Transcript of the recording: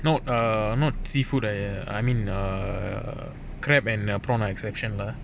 not uh not seafood err I mean err crab and prawn are exception lah